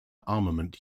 armament